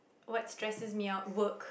what stresses me out work